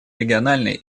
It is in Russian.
региональной